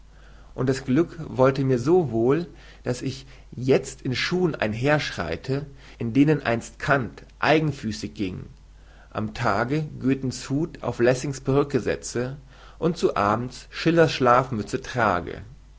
und das glück wollte mir wohl daß ich jetzt in schuhen einherschreite in denen einst kant eigenfüßig ging am tage göthens hut auf lessings perücke setze und zu abends schillers schlafmütze trage